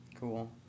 Cool